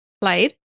played